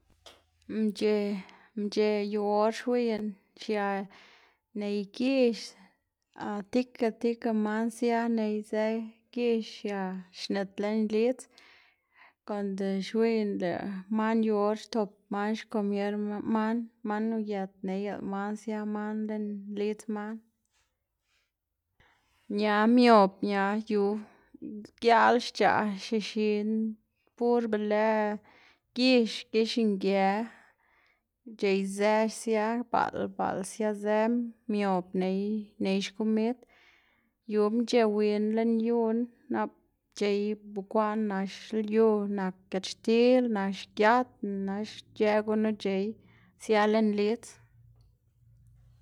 mc̲h̲e mc̲h̲e yu or xwiyná xia ney gix a tika tika man sia neyzë gix xia xnit lën lidz, konde xwiyná lëꞌ man yu or xtop man xkomier man, man uyët neyla man sia man lën lidz man, ña miob ña yu giaꞌl xc̲h̲aꞌ xexi pur be lë gix gix nge c̲h̲eyzë sia baꞌl baꞌl siazë miob ney ney xkomid, yu mc̲h̲ë win lën yuna nap c̲h̲ey bukwaꞌn nax lyu nak giachtil nax giatna ic̲h̲ë gunu c̲h̲ey sia lën lidz.